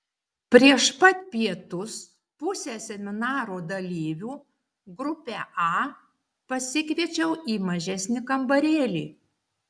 prieš pat pietus pusę seminaro dalyvių grupę a pasikviečiau į mažesnį kambarėlį